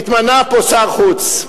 התמנה פה שר חוץ.